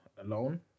alone